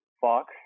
Fox